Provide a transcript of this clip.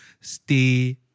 stay